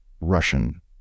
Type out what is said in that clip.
Russian